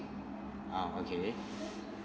ah okay